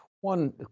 One